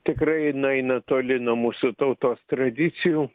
tikrai nueina toli nuo mūsų tautos tradicijų